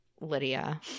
Lydia